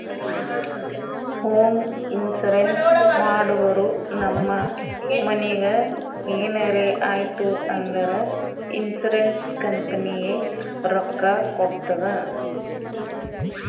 home insurance ಮಾಡುರ್ ನಮ್ ಮನಿಗ್ ಎನರೇ ಆಯ್ತೂ ಅಂದುರ್ ಇನ್ಸೂರೆನ್ಸ್ ಕಂಪನಿ ರೊಕ್ಕಾ ಕೊಡ್ತುದ್